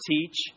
teach